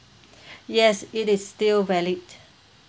yes it is still valid